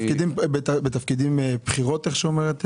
בתפקידים בכירים?